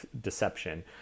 deception